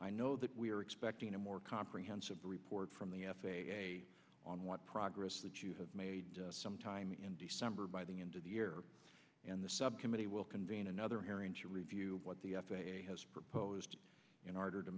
i know that we are expecting a more comprehensive report from the f a a on what progress that you have made some time in december by the end of the year and the subcommittee will convene another hearing to review what the f a a has proposed in order to